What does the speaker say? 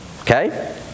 Okay